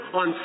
on